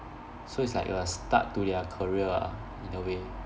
so it's like a start to their career ah in a way